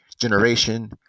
generation